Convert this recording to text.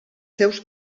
seus